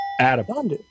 Adam